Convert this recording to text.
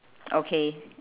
okay